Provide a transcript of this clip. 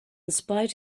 spite